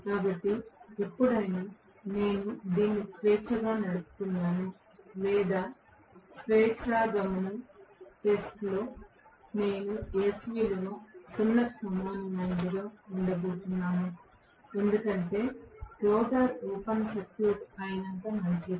కాబట్టి ఎప్పుడైనా నేను దీన్ని స్వేచ్ఛగా నడుపుతున్నాను లేదా స్వెచ్చా గమనం టెస్ట్ లో నేను s విలువ 0 కి సమానమైనదిగా ఉండబోతున్నాను ఎందుకంటే రోటర్ ఓపెన్ సర్క్యూట్ అయినంత మంచిది